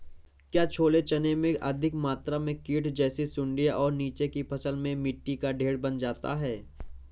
क्या छोले चने में अधिक मात्रा में कीट जैसी सुड़ियां और नीचे की फसल में मिट्टी का ढेर बन जाता है?